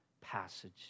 passage